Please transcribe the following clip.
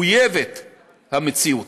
מחויבת המציאות.